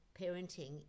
parenting